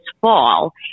fall